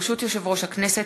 ברשות יושב-ראש הכנסת,